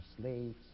slaves